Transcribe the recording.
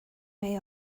may